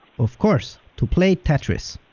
of course, to play tetris!